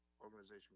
organization